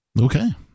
Okay